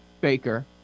Baker